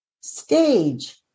stage